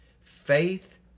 Faith